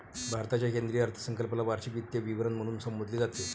भारताच्या केंद्रीय अर्थसंकल्पाला वार्षिक वित्तीय विवरण म्हणून संबोधले जाते